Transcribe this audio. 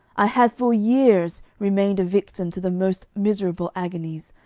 i have for years remained a victim to the most miserable agonies,